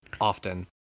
often